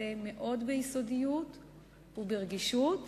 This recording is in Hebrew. תיעשה מאוד ביסודיות וברגישות.